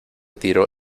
tiro